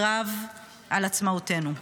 לקרב על עצמאותנו.